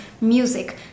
music